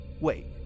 Wait